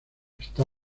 esta